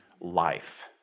life